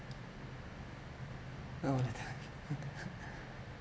oh my god